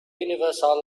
universal